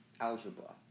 algebra